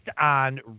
on